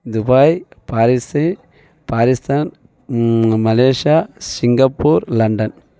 Dubai Paris Pakistan Malaysia Singapore London